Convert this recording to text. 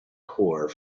core